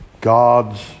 God's